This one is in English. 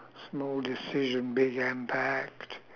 small decision big impact